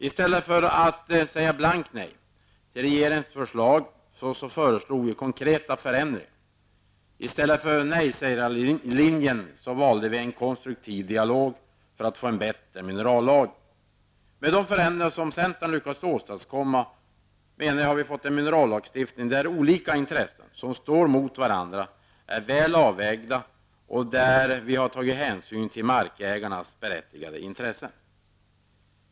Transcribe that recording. I stället för att säga blankt nej till regeringens förslag föreslog vi konkreta förändringar. I stället för nejsägarlinjen valde vi en konstruktiv dialog för att få en bättre minerallag. Jag menar att vi med de förändringar som centerns lyckats åstadkomma har fått en minerallagstiftning där olika intressen som står mot varandra är väl avvägda och där vi tagit hänsyn till markägarnas berättigade intressen.